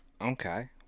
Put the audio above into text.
Okay